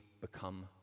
become